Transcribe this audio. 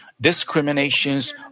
discriminations